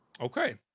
Okay